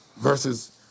versus